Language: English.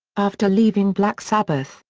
after leaving black sabbath,